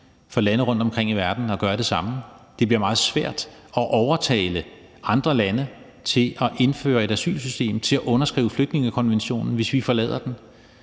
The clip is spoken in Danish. for lande rundtomkring i verden at gøre det samme, og det bliver meget svært at overtale andre lande til at indføre et asylsystem og til at underskrive flygtningekonventionen, hvis vi forlader den.